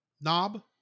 Knob